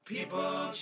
People